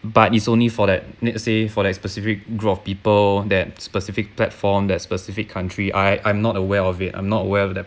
but it's only for that let say for that specific group of people that specific platform that specific country I I'm not aware of it I'm not aware of that